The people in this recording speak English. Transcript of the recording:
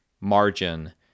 margin